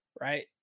Right